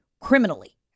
criminally